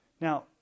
Now